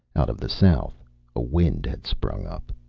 out of the south a wind had sprung up.